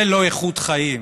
זה לא איכות חיים.